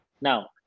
Now